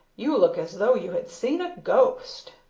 you look as though you had seen a ghost!